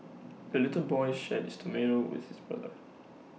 the little boy shared his tomato with his brother